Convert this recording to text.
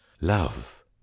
Love